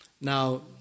Now